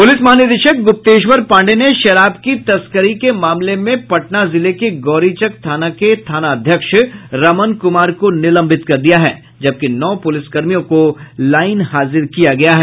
police महानिदेशक गुप्तेश्वर पाण्डेय ने शराब की तस्करी के मामले में पटना जिले के गौरीचक थाना के थानाध्यक्ष रमन कुमार को निलंबित कर दिया है जबकि नौ पुलिसकर्मियों को लाइन हाजिर किया गया है